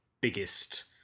biggest